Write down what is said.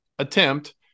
attempt